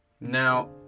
Now